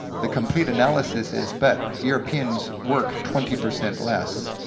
the complete analysis is, but europeans work twenty percent less,